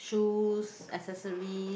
jewels accessories